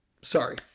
Sorry